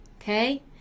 Okay